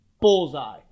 bullseye